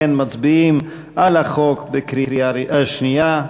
לכן מצביעים על החוק בקריאה שנייה.